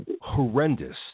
horrendous